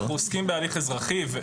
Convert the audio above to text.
אנחנו עוסקים בהליך אזרחי.